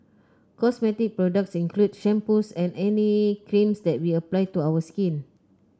cosmetic products include shampoos and any creams that we apply to our skin